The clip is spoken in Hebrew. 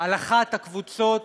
על אחת הקבוצות